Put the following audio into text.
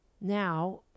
now